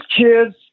kids